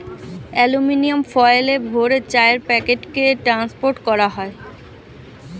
aluminium ফয়েলে ভরে চায়ের প্যাকেটকে ট্রান্সপোর্ট করা হয়